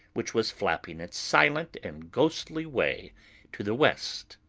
which was flapping its silent and ghostly way to the west.